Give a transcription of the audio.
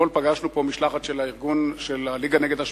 אתמול פגשנו פה משלחת של הארגון של הליגה נגד השמצה,